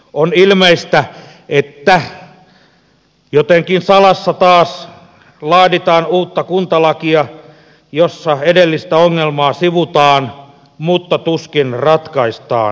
on ilmeistä että jotenkin salassa taas laaditaan uutta kuntalakia jossa edellistä ongelmaa sivutaan mutta tuskin ratkaistaan